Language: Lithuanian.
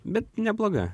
bet ne bloga